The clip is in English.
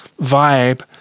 vibe